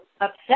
upset